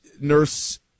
Nurse